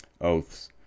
oaths